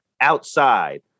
outside